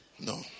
No